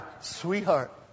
sweetheart